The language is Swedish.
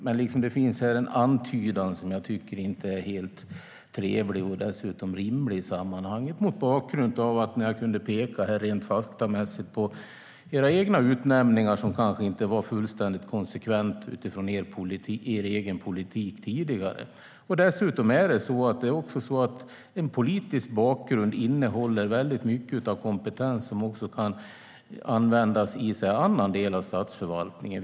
Men det finns här en antydan som jag inte tycker är helt trevlig eller rimlig i sammanhanget, mot bakgrund av att jag rent faktamässigt kunde peka på era egna utnämningar, som kanske inte var fullständigt konsekventa utifrån er egen tidigare politik. Dessutom är det så att en politisk bakgrund innehåller väldigt mycket kompetens som också kan användas i en annan del av statsförvaltningen.